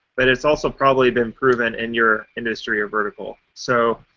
but it has also probably been proven in your industry or vertical. so,